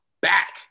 back